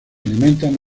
alimentan